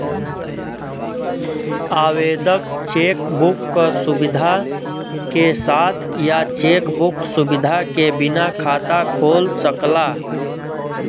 आवेदक cheque book क सुविधा के साथ या चेक बुक सुविधा के बिना खाता खोल सकला